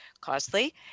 costly